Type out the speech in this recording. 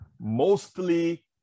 mostly